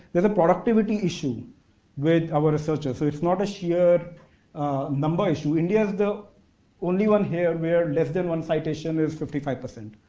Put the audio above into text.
there's a productivity issue with our researchers. so, it's not a sheer number issue. india is the only one here where less than one citation is fifty five percent.